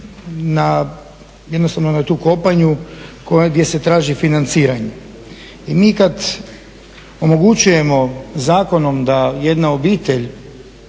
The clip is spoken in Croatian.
na tu kopanju gdje se traži financiranje. I mi kad omogućujemo zakonom da jedna obitelj